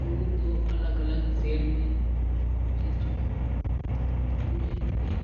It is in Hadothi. मु दो अलग अलग शहर में रह चुक्यों जीमे एक